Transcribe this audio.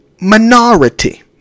minority